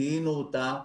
זיהינו אותה.